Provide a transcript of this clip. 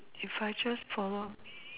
if I just followed